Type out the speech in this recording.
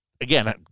again